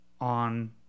on